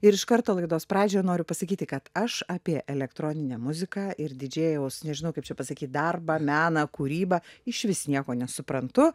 ir iš karto laidos pradžioje noriu pasakyti kad aš apie elektroninę muziką ir didžėjaus nežinau kaip čia pasakyt darbą meną kūrybą išvis nieko nesuprantu